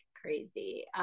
crazy